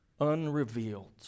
unrevealed